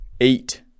eight